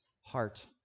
heart